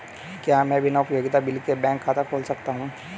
क्या मैं बिना उपयोगिता बिल के बैंक खाता खोल सकता हूँ?